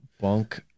Bunk